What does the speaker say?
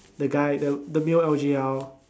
the guy the the male L_G_L